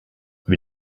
wie